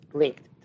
linked